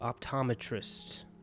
Optometrist